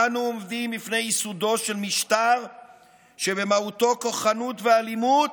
אנו עומדים בפני ייסודו של משטר שבמהותו כוחנות ואלימות